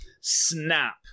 snap